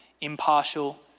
impartial